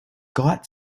got